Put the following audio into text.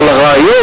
אבל הרעיון,